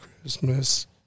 Christmas